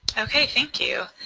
okay, thank you.